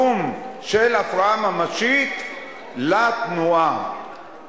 הפרעה ממשית לתנועה